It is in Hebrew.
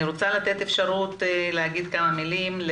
אני רוצה לתת אפשרות להגיד כמה מילים,